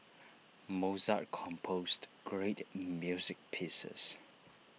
Mozart composed great music pieces